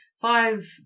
Five